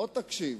לא תקשיב?